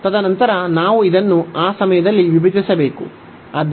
ತದನಂತರ ನಾವು ಇದನ್ನು ಆ ಸಮಯದಲ್ಲಿ ವಿಭಜಿಸಬೇಕು ಆದ್ದರಿಂದ